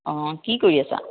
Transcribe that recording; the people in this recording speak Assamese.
অঁ কি কৰি আছা